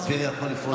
אופיר יכול לפרוש בשיא.